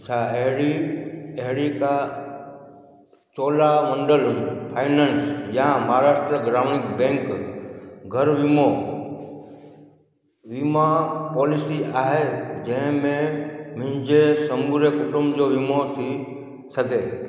छा अहिड़ी अहिड़ी का चोलामंडलम फाइनेंस या महाराष्ट्रा ग्रामीण बैंक घरु वीमो वीमा पॉलिसी आहे जंहिं में मुंहिंजे समूरे कुटुंब जो वीमो थी सघे